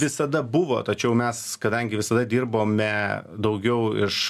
visada buvo tačiau mes kadangi visada dirbome daugiau iš